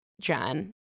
John